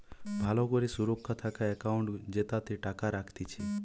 ভালো করে সুরক্ষা থাকা একাউন্ট জেতাতে টাকা রাখতিছে